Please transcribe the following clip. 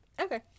Okay